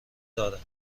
دارد